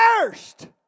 First